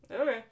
Okay